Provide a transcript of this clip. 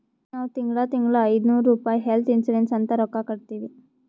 ನಾವ್ ತಿಂಗಳಾ ತಿಂಗಳಾ ಐಯ್ದನೂರ್ ರುಪಾಯಿ ಹೆಲ್ತ್ ಇನ್ಸೂರೆನ್ಸ್ ಅಂತ್ ರೊಕ್ಕಾ ಕಟ್ಟತ್ತಿವಿ